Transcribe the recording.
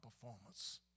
performance